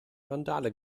randale